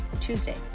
Tuesday